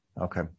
okay